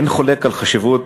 אין חולק על חשיבות